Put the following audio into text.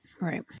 Right